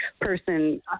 person